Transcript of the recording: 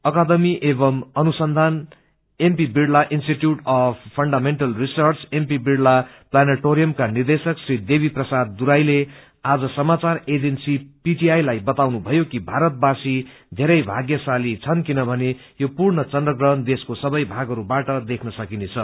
अकादमी एवयू अनुसंबान M P Birla institute of fundamental research M P Birla प्लानेटोरियमक्र निदेशक श्री देवी प्रसाद दुराईच्ये आज समाचार एजेन्सी पीटीआई लाई बताउनुषयो कि भारतवासी धेरै भागयशाली छन् किनभने यो पूर्ण चन्द्रग्रहण देशको सबै भागहरूबाट देखन सकिनेछ